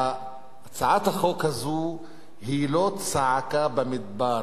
הצעת החוק הזאת היא לא צעקה במדבר,